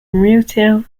retail